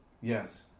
Yes